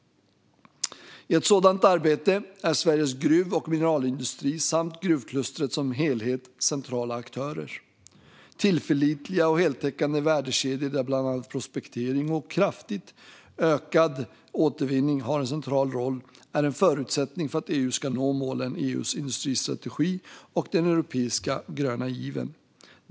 I ett sådant arbete är Sveriges gruv och mineralindustri samt gruvklustret som helhet centrala aktörer. Tillförlitliga och heltäckande värdekedjor, där bland annat prospektering och kraftigt ökad återvinning har en central roll, är en förutsättning för att EU ska nå målen i EU:s industristrategi och den europeiska gröna given.